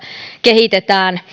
kehitetään